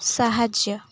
ସାହାଯ୍ୟ